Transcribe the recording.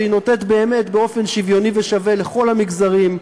והיא נותנת באמת באופן שוויוני ושווה לכל המגזרים,